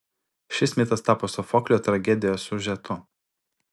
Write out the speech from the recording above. šis mitas tapo sofoklio tragedijos siužetu